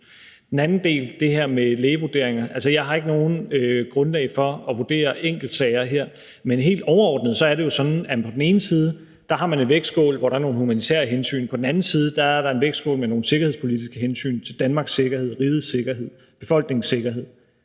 den anden del om det her med lægevurderinger har jeg ikke noget grundlag for at vurdere enkeltsager her, men helt overordnet er det jo sådan, at man på den ene side har en vægtskål, hvor der er nogle humanitære hensyn, og på den anden side er der en vægtskål med nogle sikkerhedspolitiske hensyn til Danmarks sikkerhed, rigets sikkerhed, befolkningens sikkerhed.